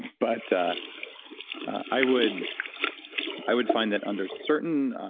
but i would i would find that under certain,